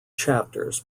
chapters